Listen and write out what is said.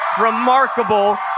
remarkable